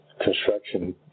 construction